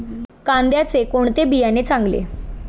कांद्याचे कोणते बियाणे चांगले?